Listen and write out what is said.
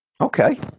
okay